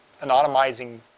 anonymizing